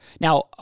Now